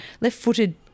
left-footed